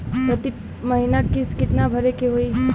प्रति महीना किस्त कितना भरे के होई?